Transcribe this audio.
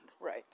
right